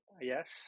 yes